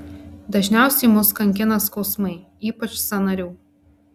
dažniausiai mus kankina skausmai ypač sąnarių